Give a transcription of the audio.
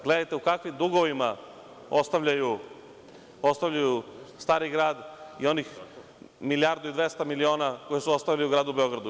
Gledajte u kakvim dugovima ostavljaju Stari grad i onih milijardu i 200 miliona koje su ostavili u gradu Beogradu.